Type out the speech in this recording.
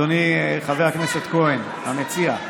אדוני חבר הכנסת כהן, המציע,